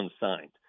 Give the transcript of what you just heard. unsigned